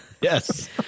Yes